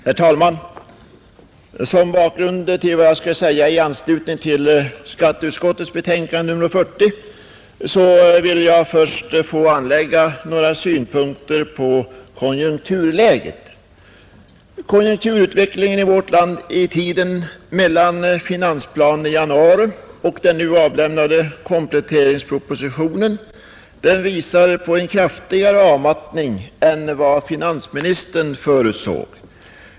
Herr talman! Som bakgrund till vad jag skall säga med anledning av skatteutskottets betänkande nr 40 vill jag först anlägga några synpunkter på konjunkturläget. Konjunkturutvecklingen i vårt land under tiden mellan finansplanen i januari och den nu avlämnade kompletteringspropositionen visar på en kraftigare avmattning än vad finansministern förutsåg.